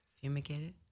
Fumigated